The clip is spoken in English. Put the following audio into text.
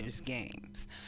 games